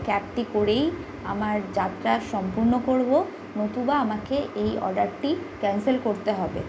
ক্যাবটি করেই আমার যাত্রা সম্পূর্ণ করব নতুবা আমাকে এই অর্ডারটি ক্যানসেল করতে হবে